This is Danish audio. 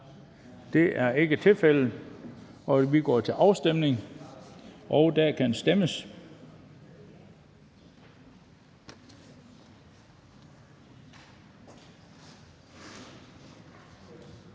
Det er ikke tilfældet, og vi går til afstemning. Kl. 14:44 Afstemning